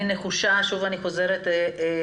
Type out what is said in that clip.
אני נחושה לסיים.